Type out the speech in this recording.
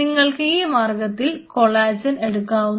നിങ്ങൾക്ക് ഈ മാർഗ്ഗത്തിൽ കൊളാജൻ എടുക്കാവുന്നതാണ്